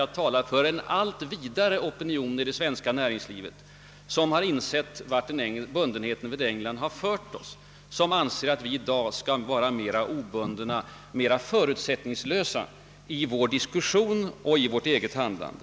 Jag tror att en allt vidare opinion inom det svenska näringslivet nu insett vart bundenheten vid England kan föra oss, och därför menar att vi i dag skall vara mer obundna, mer förutsättningslösa i diskussion och handlande.